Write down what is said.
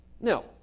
Now